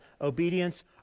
obedience